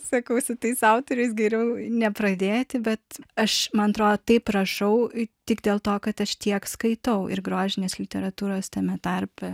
sakau su tais autoriais geriau nepradėti bet aš man atrodo taip rašau tik dėl to kad aš tiek skaitau ir grožinės literatūros tame tarpe